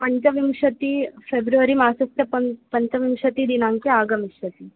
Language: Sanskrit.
पञ्चविंशतिः फ़ेब्रुवरि मासस्य पन् पञ्चविंशतिदिनाङ्के आगमिष्यति